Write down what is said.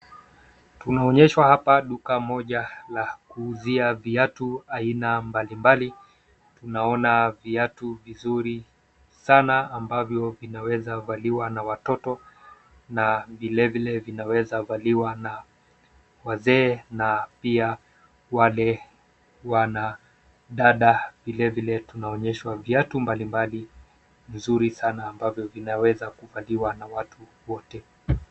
Tunaonyeshwa hapa duka moja la kuuzia viatu aina mbalimbali. Tunaona viatu vizuri sana ambazo vinaeza valiwa na watoto vilevile na wazee na wanadada. vilevile tunaonyeshwa viatu mbalimbali vizuri sana ambavyo vinaweza kuvaliwa na watu wote.